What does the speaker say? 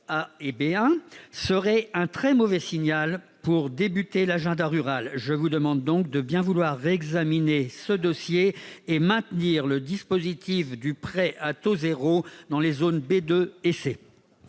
serait un très mauvais signal pour débuter l'agenda rural. Je vous demande donc de bien vouloir réexaminer ce dossier et de maintenir le dispositif du prêt à taux zéro dans les zones B2 et C.